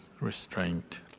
restraint